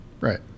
Right